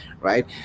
right